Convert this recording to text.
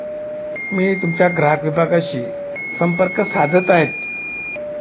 मी तुमच्या ग्राहक विभागाशी संपर्क साधत आहेत